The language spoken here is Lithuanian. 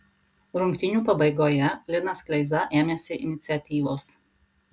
rungtynių pabaigoje linas kleiza ėmėsi iniciatyvos